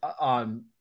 on